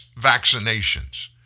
vaccinations